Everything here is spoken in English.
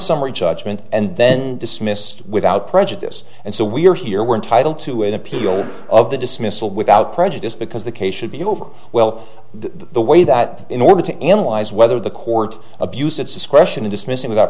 summary judgment and then dismissed without prejudice and so we're here we're entitled to an appeal of the dismissal without prejudice because the case should be over well the way that in order to analyze whether the court abused its discretion in dismissing